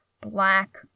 black